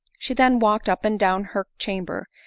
she then walked up and down her chamber,